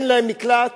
אין להם מקלט.